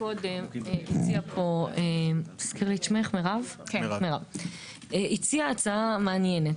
היא אמרה: נשאיר לעסקים הקטנים עד 10 מיליון שקלים מחזור